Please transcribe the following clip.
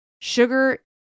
Sugar